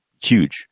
huge